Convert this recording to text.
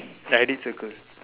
I already circle